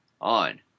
on